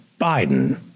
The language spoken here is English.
Biden